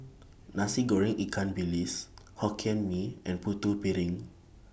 Nasi Goreng Ikan Bilis Hokkien Mee and Putu Piring